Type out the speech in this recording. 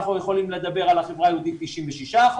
אנחנו יכולים לדבר על החברה היהודית, 96%,